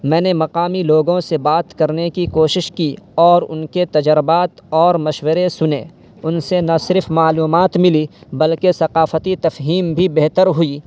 میں نے مقامی لوگوں سے بات کرنے کی کوشش کی اور ان کے تجربات اور مشورے سنے ان سے نہ صرف معلومات ملی بلکہ ثقافتی تفہیم بھی بہتر ہوئی